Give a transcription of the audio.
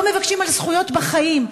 לא מבקשים זכויות בחיים,